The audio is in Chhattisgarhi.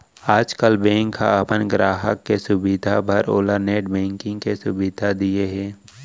आजकाल बेंक ह अपन गराहक के सुभीता बर ओला नेट बेंकिंग के सुभीता दिये हे